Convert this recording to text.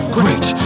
great